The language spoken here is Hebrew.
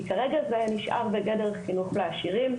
כרגע זה נשאר בגדר חינוך לעשירים